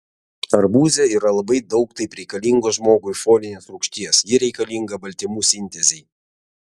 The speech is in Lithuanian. arbūze yra labai daug taip reikalingos žmogui folinės rūgšties ji reikalinga baltymų sintezei